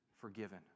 forgiven